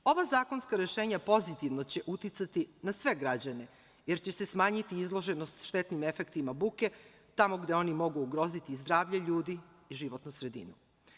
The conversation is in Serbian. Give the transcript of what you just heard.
Ova zakonska rešenja pozitivno će uticati na sve građane jer će se smanjiti izloženost štetnim efektima buke tamo gde oni mogu ugroziti zdravlje ljudi i životnu sredinu.